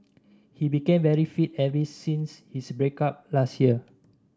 he became very fit ever since his break up last year